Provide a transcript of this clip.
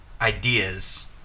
ideas